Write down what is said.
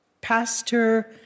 pastor